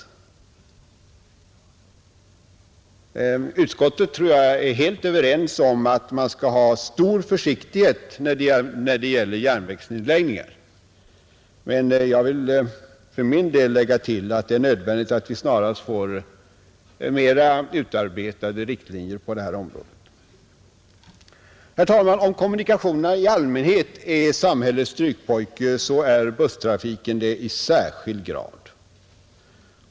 Jag tror att utskottets ledamöter är helt överens om att man skall iaktta stor försiktighet när det gäller järnvägsnedläggningar, men jag vill för min del lägga till att det är nödvändigt att vi snarast får mer utarbetade riktlinjer på detta område. Herr talman! Om kommunikationerna i allmänhet är samhällets strykpojke är busstrafiken det i särskilt hög grad.